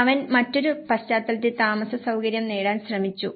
അവൻ മറ്റൊരു പശ്ചാത്തലത്തിൽ താമസസൌകര്യം നേടാൻ ശ്രമിച്ചു